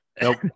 Nope